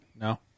No